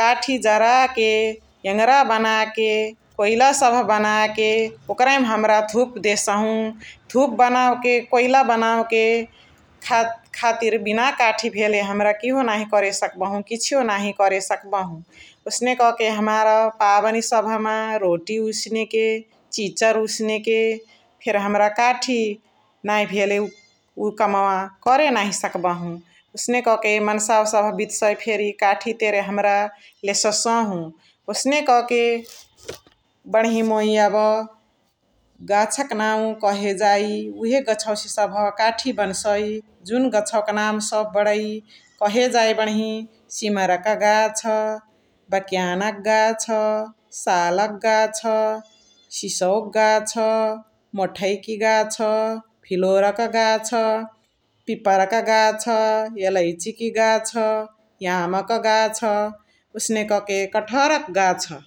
काठी जराके एङरा बनाके, कोइला सबह बनाके, ओकरही मा हमरा धुप देसहु । धुप बनावके कोइला बनावके खा खातिर बिना काठी भेले हमरा किहो नाही करे सकबाहु । किछियो नाही करे सकबाहु । ओसने कके हमार पाबनी सबह मा रोटी उसिनके, चिचार उसिनके फेरी हमरा काठी नाही भेले उ कमवा करे नाही सकबाहु । ओसने कके मन्सावा सबह बितसाइ फेरी हमरा काठी तेने लेससाहु । ओसने कके बणही मुइ एबे गाछक नाउ कहे जाइ उहे गछवसे सबह काठी बनसाइ । जुन गछवक नाउ सबह कहे जाइ बणही सिमरक गाछ, बक्यानक गाछ, सालक गाछ, सिसौक गाछ, मोठैकी गाछ, भिलोरक गाछ, पिपरक गाछ, एलाईचिकी गाछ, यामक गाछ । ओसने कके कटहरक गाछ ।